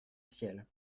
ciel